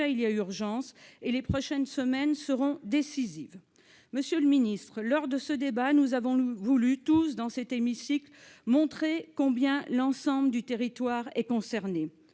il y a urgence, et les prochaines semaines seront décisives. Lors de ce débat, nous avons tous, dans cet hémicycle, voulu montrer combien l'ensemble du territoire est concerné.